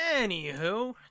Anywho